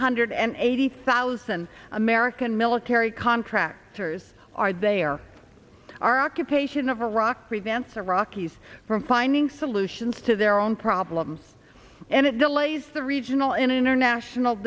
hundred and eighty thousand american military contractors are there our occupation of iraq prevents the rockies from finding solutions to their own problems and it delays the regional and international